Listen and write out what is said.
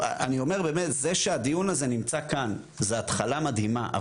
זה שהדיון הזה נמצא כאן זה התחלה מדהימה,